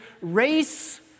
Race